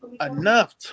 enough